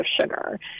sugar